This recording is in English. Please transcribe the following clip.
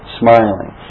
smiling